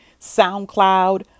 SoundCloud